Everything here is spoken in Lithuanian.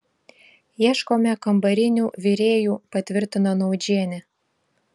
ieškome kambarinių virėjų patvirtino naudžienė